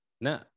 No